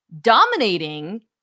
dominating